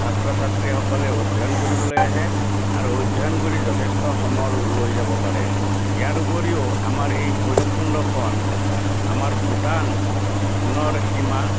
ছাত্ৰ ছাত্ৰীসকলে অধ্যয়ন কৰিবলৈ আহে আৰু অধ্যয়ন কৰি যথেষ্ট সমল লৈ যাব পাৰে ইয়াৰ উপৰিও আমাৰ এই ভৈৰৱকুণ্ডখন আমাৰ ভূটানৰ সীমা